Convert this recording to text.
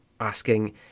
Asking